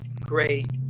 great